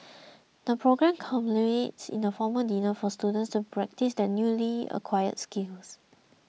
the programme culminates in a formal dinner for students to practise their newly acquired skills